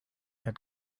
had